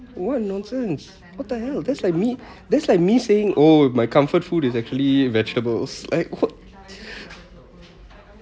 what nonsense what the hell that's like me that's like me saying oh my comfort food is actually vegetables like what